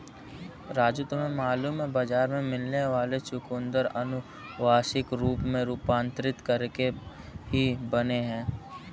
राजू तुम्हें मालूम है बाजार में मिलने वाले चुकंदर अनुवांशिक रूप से रूपांतरित करके ही बने हैं